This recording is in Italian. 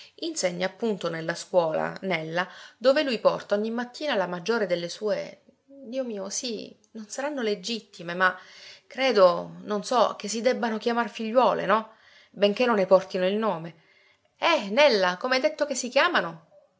insegna appunto nella scuola nella dove lui porta ogni mattina la maggiore delle sue dio mio sì non saranno legittime ma credo non so che si debbano chiamar figliuole no benché non ne portino il nome eh nella come hai detto che si chiamano